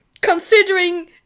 Considering